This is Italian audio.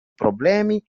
problemi